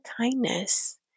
kindness